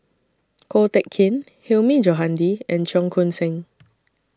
Ko Teck Kin Hilmi Johandi and Cheong Koon Seng